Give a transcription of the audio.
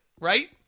right